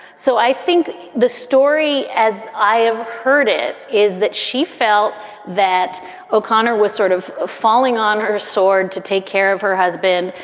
so i think the story, as i have heard it, is that she felt that o'connor was sort of falling on her sword to take care of her husband,